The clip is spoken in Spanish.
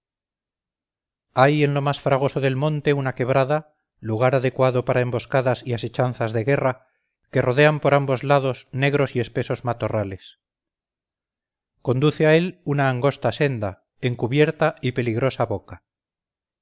hay en lo más fragoso del monte una quebrada lugar adecuado para emboscadas y asechanzas de guerra que rodean por ambos lados negros y espesos matorrales conduce a él una angosta senda encubierta y peligrosa boca